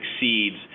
exceeds